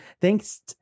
thanks